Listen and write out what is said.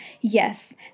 yes